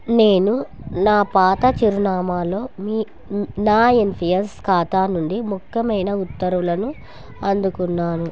నేను నా పాత చిరునామాలో మీ నా ఎన్పీఎస్ ఖాతా నుండి ముఖ్యమైన ఉత్తర్వులను అందుకున్నాను